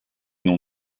noms